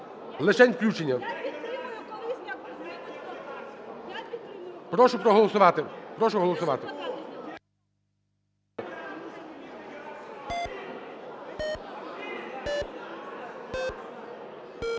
Лишень включення. Прошу проголосувати.